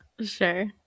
Sure